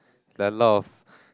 there are a lot of